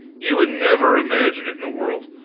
you would never imagine it in the world.